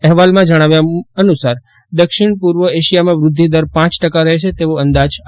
અહેવાલમાં જજ્ઞાવ્યા અનુસાર દક્ષિણ પૂર્વ એશિયામાં વ્રદ્ધિદર પાંચ ટકા રહેશે તેવો અંદાજ આપ્યો છે